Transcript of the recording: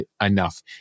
enough